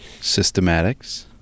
Systematics